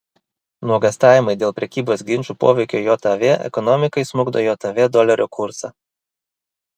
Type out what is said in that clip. nuogąstavimai dėl prekybos ginčų poveikio jav ekonomikai smukdo jav dolerio kursą